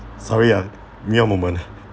sorry ah give me a moment